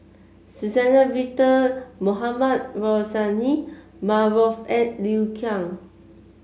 Suzann Victor Mohamed Rozani Maarof and Liu Kang